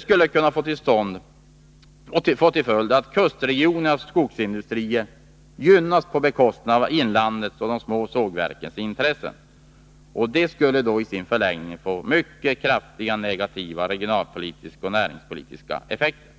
skulle kunna få till följd att kustregionens skogsindustrier gynnas på bekostnad av inlandets och de små sågverkens intressen. Detta skulle i sin förlängning få mycket kraftiga negativa regionalpolitiska och näringspolitiska effekter.